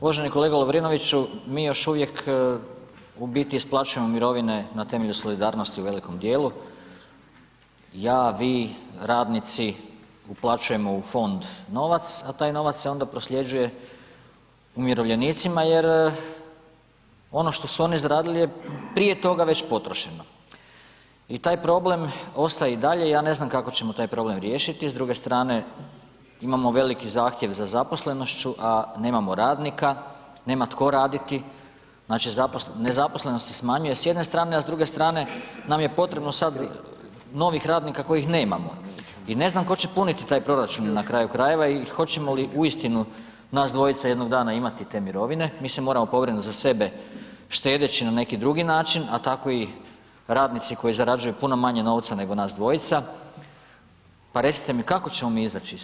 Uvaženi kolega Lovrinoviću, mi još uvijek u biti isplaćujemo mirovine na temelju solidarnosti u velikom djelu, ja, vi, radnici, uplaćujemo u fond novac a taj novac se onda prosljeđuje umirovljenicima jer ono što su oni izradili je prije toga već potrošeno i taj problem ostaje i dalje, ja ne znam kako ćemo taj problem riješiti, s druge strane imamo veliki zahtjev za zaposlenošću a nemamo radnika, nema tko raditi, znači nezaposlenost se smanjuje s jedne strane a s druge strane nam je potrebno sad novih radnika kojih nemamo i ne znam, tko će puniti taj proračun na kraju krajeva i hoćemo li uistinu nas dvojica jednog dana imati te mirovine, mi se moramo pobrinuti za sebe štedeći na neki drugi način a tako i radnici koji zarađuju puno manje novca nego nas dvojica pa recite mi kako ćemo mi izaći iz toga?